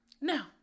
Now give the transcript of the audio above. Now